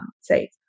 Say